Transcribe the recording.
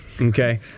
okay